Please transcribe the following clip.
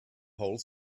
whole